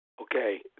Okay